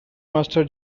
master